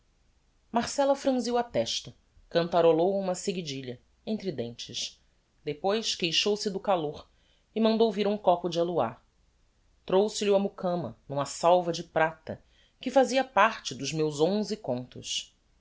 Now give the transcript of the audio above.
franziu a testa cantarolou uma seguidilha entre dentes depois queixou-se do calor e mandou vir um copo de aluá trouxe lho a mucama n'uma salva de prata que fazia parte dos meus onze contos